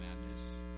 madness